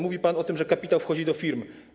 Mówi pan o tym, że kapitał wchodzi do firm.